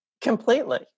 completely